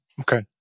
okay